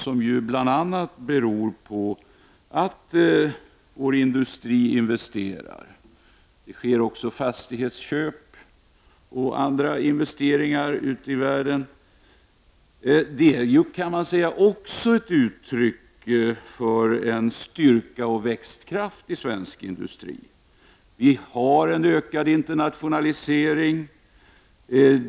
Det beror bl.a. på att vår industri investerar ute i världen men också på fastighetsköp och andra investeringar. Det är ett uttryck för styrka och växtkraft i svensk industri. Vi har en ökad internationalisering.